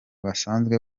basanzwe